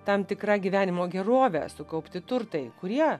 tam tikra gyvenimo gerovė sukaupti turtai kurie